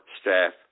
staff